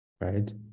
right